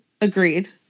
Agreed